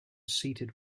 seated